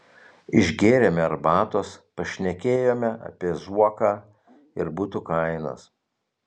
išgėrėme arbatos pašnekėjome apie zuoką ir butų kainas